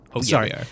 Sorry